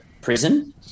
prison